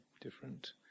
different